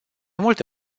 multe